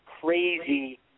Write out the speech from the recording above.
crazy